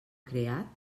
creat